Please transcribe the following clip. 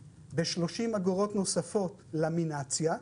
4A, ב-30 אגורות נוספות עשיתי למינציה,